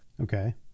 Okay